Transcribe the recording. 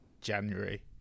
january